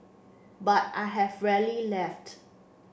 but I have rarely left